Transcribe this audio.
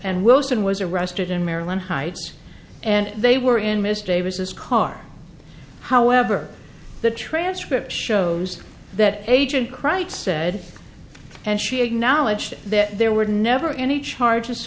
and wilson was arrested in maryland heights and they were in missed davis car however the transcript shows that agent crites said and she acknowledged that there were never any charges